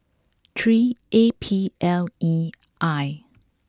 three A P L E I